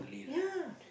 ya